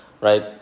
right